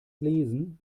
lesen